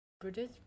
British